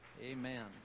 Amen